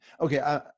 okay